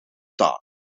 taak